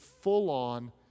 full-on